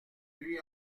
lui